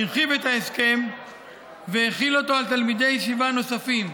הרחיב את ההסכם והחיל אותו על תלמידי ישיבה נוספים.